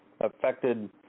affected